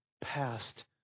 past